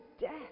death